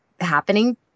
happening